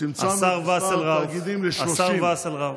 השר וסרלאוף, השר וסרלאוף.